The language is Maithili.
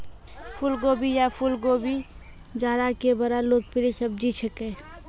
फुलगोभी या फुलकोबी जाड़ा के बड़ा लोकप्रिय सब्जी छेकै